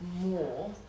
more